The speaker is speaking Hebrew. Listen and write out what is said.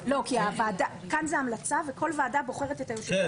כאן זו המלצה וכל ועדה בוחרת את היושב-ראש שלה אחרי שהיא מתכנסת.